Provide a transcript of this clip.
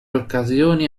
occasioni